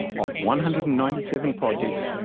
of one hundred and ninety seven projects,